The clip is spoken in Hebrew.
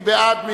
מי בעד?